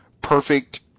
perfect